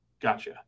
gotcha